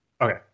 Okay